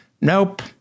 nope